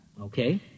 Okay